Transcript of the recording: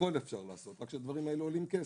הכול אפשר לעשות, רק שהדברים האלה עולים כסף.